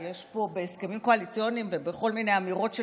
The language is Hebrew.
כי יש פה בהסכמים קואליציוניים ובכל מיני אמירות של